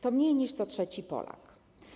To mniej niż co trzeci Polak.